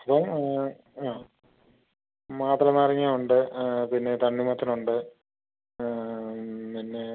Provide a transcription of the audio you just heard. അപ്പം അ മാതളനാരങ്ങ ഉണ്ട് പിന്നെ തണ്ണിമത്തനുണ്ട് പിന്നേ